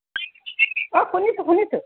অঁ শুনিছোঁ শুনিছোঁ